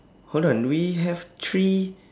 hold on we have three